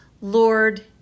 Lord